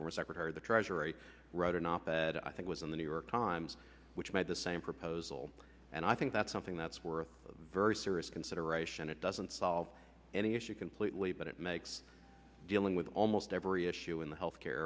for secretary of the treasury wrote an op ed i think was in the new york times which made the same proposal and i think that's something that's worth very serious consideration it doesn't solve any issue completely but it makes dealing with almost every issue in the health care